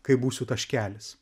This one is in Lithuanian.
kai būsiu taškelis